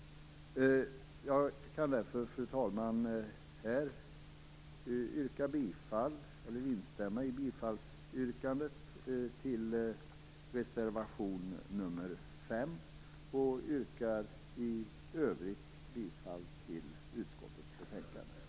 Jag kan därför, fru talman, här instämma i yrkandet om bifall till reservation nr 5. I övrigt yrkar jag bifall till utskottets hemställan.